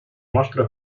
nostre